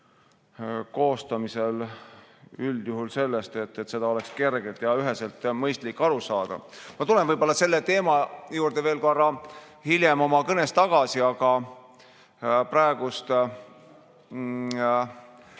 koostamisel üldjuhul sellest, et seadus oleks kergelt ja üheselt mõistetavalt arusaadav. Ma tulen võib-olla selle teema juurde veel korra hiljem oma kõnes tagasi, aga praegu